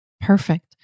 Perfect